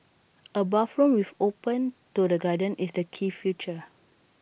A bathroom which opens to the garden is the key feature